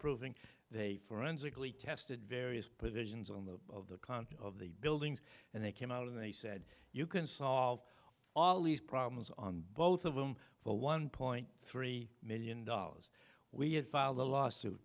proving they forensically tested various provisions on the content of the buildings and they came out and they said you can solve all these problems on both of them for one point three million dollars we had filed a lawsuit